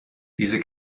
diese